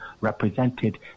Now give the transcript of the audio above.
represented